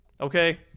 okay